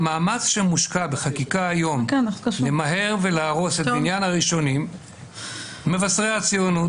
המאמץ שמושקע בחקיקה היום למהר ולהרוס את בניין הראשונים מבשרי הציונות,